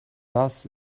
das